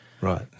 Right